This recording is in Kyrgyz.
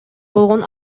болгон